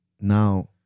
Now